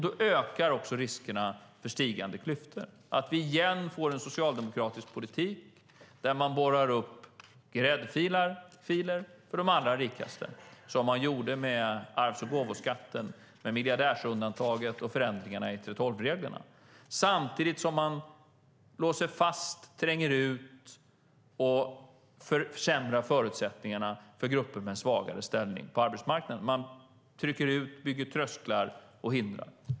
Då ökar också riskerna för större klyftor och för att vi återigen får en socialdemokratisk politik där man borrar upp gräddfiler för de allra rikaste, som man gjorde med arvs och gåvoskatten med miljardärsundantaget och förändringarna i 3:12-reglerna, samtidigt som man låser fast, tränger ut och försämrar förutsättningarna för grupper med svagare ställning på arbetsmarknaden. Man trycker ut, bygger trösklar och hindrar.